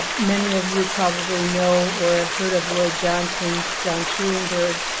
many of you probably know or have heard of lloyd johnson, john schulenburg,